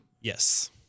Yes